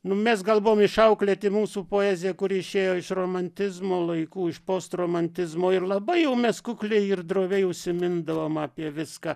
nu mes gal buvom išauklėti mūsų poezija kuri išėjo iš romantizmo laikų iš postromantizmo ir labai jau mes kukliai ir droviai užsimindavom apie viską